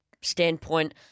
standpoint